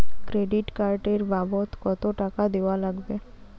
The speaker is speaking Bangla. ক্রেডিট কার্ড এর বাবদ কতো টাকা দেওয়া লাগবে?